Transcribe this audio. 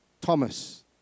Thomas